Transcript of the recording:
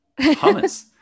hummus